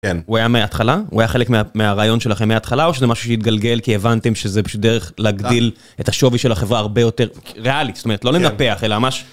כן. הוא היה מההתחלה? הוא היה חלק מהרעיון שלכם מההתחלה? או שזה משהו שהתגלגל כי הבנתם שזה פשוט דרך להגדיל את השווי של החברה הרבה יותר ריאלי, זאת אומרת, לא לנפח אלא ממש...